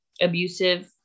abusive